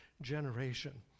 generation